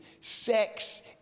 Sex